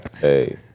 Hey